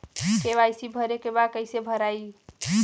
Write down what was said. KYC भरे के बा कइसे भराई?